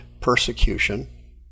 persecution